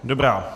Dobrá.